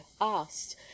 asked